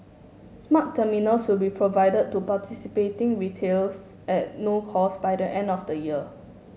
smart terminals will be provided to participating retailers at no cost by the end of the year